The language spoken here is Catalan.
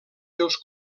seus